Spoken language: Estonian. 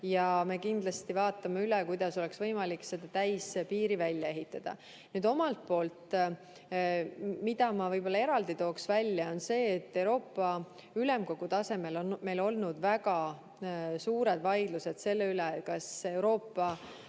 Me kindlasti vaatame üle, kuidas oleks võimalik täispiiri välja ehitada. Mida ma omalt poolt võib-olla eraldi tooks välja, on see, et Euroopa Ülemkogu tasemel on meil olnud väga suured vaidlused selle üle, kas Euroopa